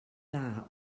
dda